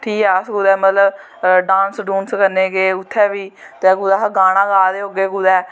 ठीक ऐ अस मतलव कुदै डांस डूंस करने गे उत्थैं जां कुदै अस गाना गा दे होगै कुदै